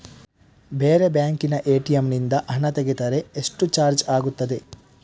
ಬೇರೆ ಬ್ಯಾಂಕಿನ ಎ.ಟಿ.ಎಂ ನಿಂದ ಹಣ ತೆಗೆದರೆ ಎಷ್ಟು ಚಾರ್ಜ್ ಆಗುತ್ತದೆ?